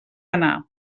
anar